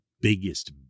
biggest